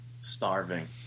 Starving